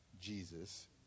Jesus